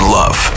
love